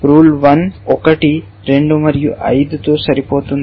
rule 1 1 2 మరియు 5 తో సరిపోతుంది